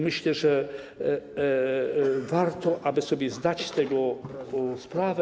Myślę, że warto, aby sobie zdać z tego sprawę.